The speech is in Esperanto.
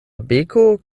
beko